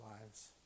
lives